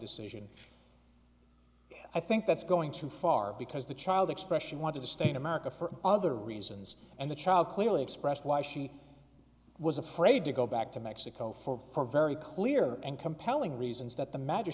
decision i think that's going too far because the child expression wanted to stay in america for other reasons and the child clearly expressed why she was afraid to go back to mexico hold her very clear and compelling reasons that the magi